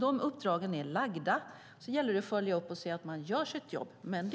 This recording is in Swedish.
De uppdragen är lagda. Därefter gäller det att följa upp det hela och se till att myndigheterna gör sitt jobb.